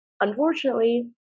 unfortunately